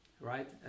right